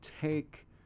take